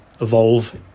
evolve